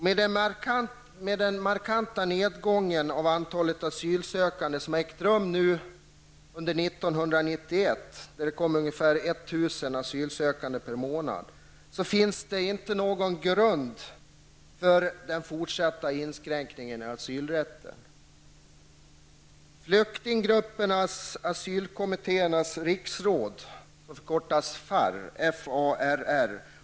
Med den markanta nedgången av antalet asylsökande som har ägt rum under 1991, då det kom ungefär 1 000 asylsökande per månad, finns det inte någon grund för fortsatta inskränkningar i asylrätten.